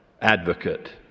advocate